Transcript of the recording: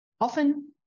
Often